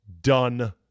done